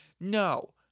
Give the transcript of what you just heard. no